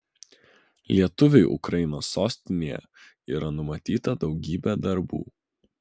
lietuviui ukrainos sostinėje yra numatyta daugybė darbų